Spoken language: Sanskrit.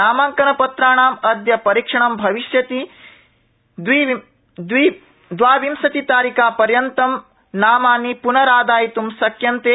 नामांकनपत्राणाम अद्य परीक्षणं भविष्यति दवाविंशतितारिकापर्यन्तं नामानि प्नरादायित् शक्यन्ते